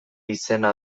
izena